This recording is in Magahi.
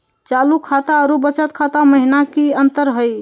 चालू खाता अरू बचत खाता महिना की अंतर हई?